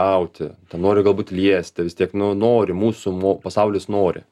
auti ten nori galbūt liesti vis tiek nu nori mūsų mo pasaulis nori